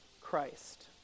Christ